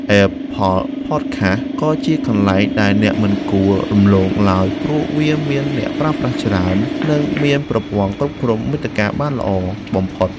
អែបផលផតខាស ក៏ជាកន្លែងដែលអ្នកមិនគួររំលងឡើយព្រោះវាមានអ្នកប្រើប្រាស់ច្រើន និងមានប្រព័ន្ធគ្រប់គ្រងមាតិកាបានល្អបំផុត។